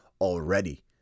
already